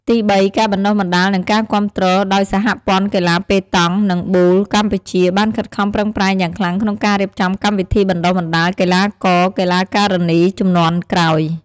ទីបីការបណ្តុះបណ្តាល និងការគាំទ្រ ដោយសហព័ន្ធកីឡាប៉េតង់ និងប៊ូលកម្ពុជាបានខិតខំប្រឹងប្រែងយ៉ាងខ្លាំងក្នុងការរៀបចំកម្មវិធីបណ្តុះបណ្តាលកីឡាករ-កីឡាការិនី ជំនាន់ក្រោយ។